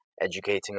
educating